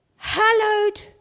hallowed